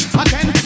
again